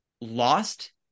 lost